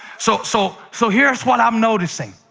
so so so here's what i'm noticing.